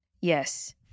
Yes